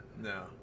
No